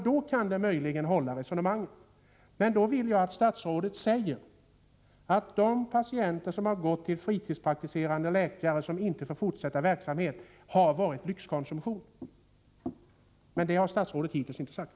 Då kan möjligen resonemanget hålla, men i så fall vill jag att statsrådet säger att det förhållandet att patienter har gått till fritidspraktiserande läkare som nu inte får fortsätta sin verksamhet är lyxkonsumtion, och det har statsrådet hittills inte sagt.